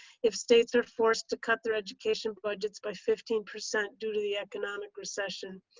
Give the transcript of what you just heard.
if states are forced to cut their education budgets by fifteen percent due to the economic recession.